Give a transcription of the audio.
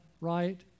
right